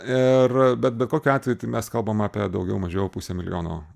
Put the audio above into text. ir bet bet kokiu atveju tai mes kalbam apie daugiau mažiau pusę milijono